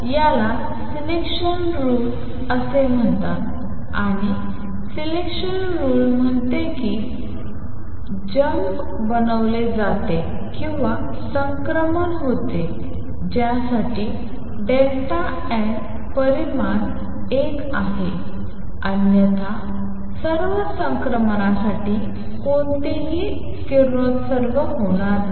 तर याला selection rule असे म्हणतात आणि सिलेक्शन रूल म्हणते की जंप बनवले जाते किंवा संक्रमण होते ज्यासाठी डेल्टा एन परिमाण एक आहे अन्यथा सर्व संक्रमणासाठी कोणतेही किरणोत्सर्ग होणार नाही